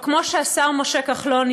או כמו שהשר משה כחלון,